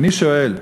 ואני שואל,